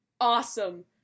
awesome